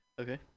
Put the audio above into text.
Okay